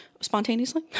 spontaneously